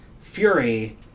Fury